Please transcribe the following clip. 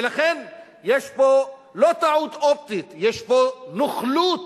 ולכן יש פה לא טעות אופטית, יש פה נוכלות